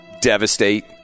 devastate